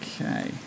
Okay